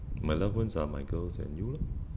my loved ones are my girls and you lor